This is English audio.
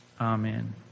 Amen